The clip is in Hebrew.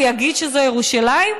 הוא יגיד שזו ירושלים?